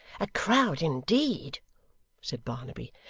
a crowd indeed said barnaby.